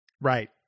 right